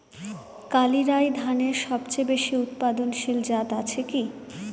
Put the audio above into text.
কালিরাই ধানের সবচেয়ে বেশি উৎপাদনশীল জাত আছে কি?